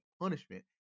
punishment